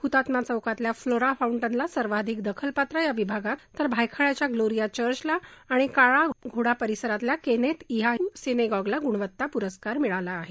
हुतात्मा चौकातल्या फ्लोरा फाउंटनला सर्वाधिक दखलपात्र या विभागात तर भायखळ्याचं ग्लोरिया चर्चला आणि काळा घोडा परिसरातल्या केनेथ ईयाहू सिनेगॅगला गुणवत्ता पुरस्कार मिळाला आहे